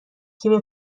تیم